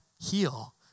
heal